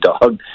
dog